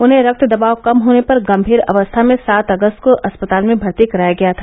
उन्हें रक्त दवाब कम होने पर गंभीर अवस्था में सात अगस्त को अस्पताल में भर्ती कराया गया था